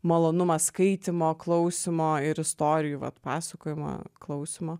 malonumas skaitymo klausymo ir istorijų vat pasakojimo klausymo